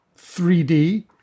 3D